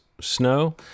Snow